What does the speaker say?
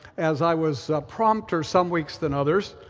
as i was prompter some weeks than others,